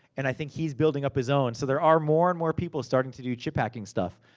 and i think he's building up his own. so, there are more and more people starting to do chip hacking stuff.